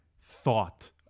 thought